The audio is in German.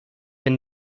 bin